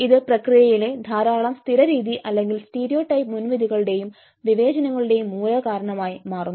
ഇത് പ്രക്രിയയിലെ ധാരാളം സ്ഥിരരീതി അല്ലെങ്കിൽ സ്റ്റീരിയോടൈപ്പ് മുൻവിധികളുടെയും വിവേചനങ്ങളുടെയും മൂലകാരണമായി മാറുന്നു